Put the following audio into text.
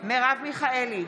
מרב מיכאלי,